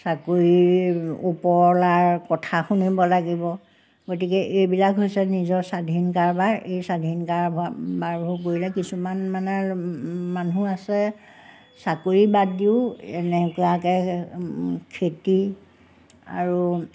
চাকৰি ওপৰলাৰ কথা শুনিব লাগিব গতিকে এইবিলাক হৈছে নিজৰ স্বাধীন কাৰবাৰ এই স্বাধীন কাৰবাৰবোৰ কৰিলে কিছুমান মানে মানুহ আছে চাকৰি বাদ দিও এনেকুৱাকৈ খেতি আৰু